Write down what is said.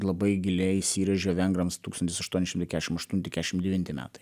labai giliai įsirėžė vengrams tūkstantis aštuoni šimtai kešim aštunti kešim devinti metai